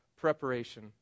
preparation